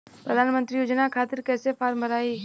प्रधानमंत्री योजना खातिर कैसे फार्म भराई?